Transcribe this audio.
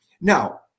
now